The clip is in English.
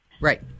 Right